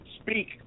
speak